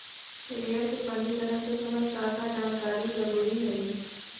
share के पंजीकरण के समय का का जानकारी जरूरी हई